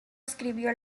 escribió